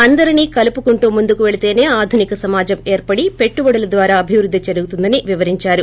అందరినీ కలుపుకుంటూ ముందుకు పెళితేనే ఆధునిక సమాజం ఏర్పడి పెట్లుబడుల ద్వారా అభివృద్ది జరుగుతుందని వివరించారు